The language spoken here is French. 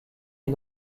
est